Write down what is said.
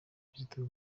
kizito